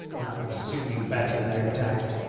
that would suit you better, no doubt.